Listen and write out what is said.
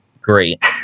Great